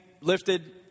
lifted